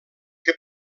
que